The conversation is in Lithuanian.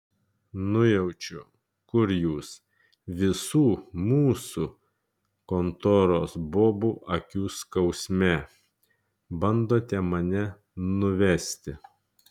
nujaučiu kur jūs visų mūsų kontoros bobų akių skausme bandote mane nuvesti